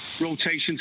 rotation